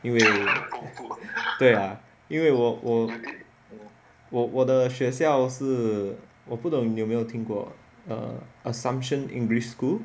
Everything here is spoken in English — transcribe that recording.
因为对啊因为我我我的学校是我不懂你有没有听过 assumption english school